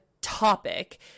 topic